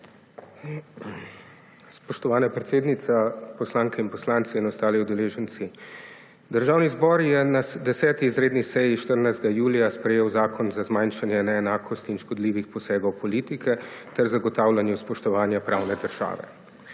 Spoštovana predsednica, poslanke in poslanci in ostali udeleženci! Državni zbor je na 10. izredni seji 14. julija sprejel Zakon za zmanjšanje neenakosti in škodljivih posegov politike ter zagotavljanje spoštovanja pravne države.